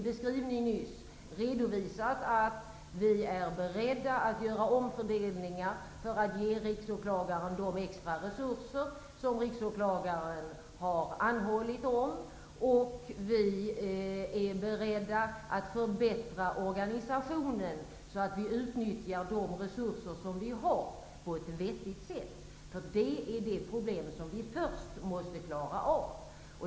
Jag har tidigare redovisat att vi är beredda att göra omfördelningar för att ge riksåklagaren de extra resurser som han har anhållit om. Vi är beredda att förbättra organisationen så att de resurser som finns utnyttjas på ett vettigt sätt. Det är det problem som vi först måste klara av.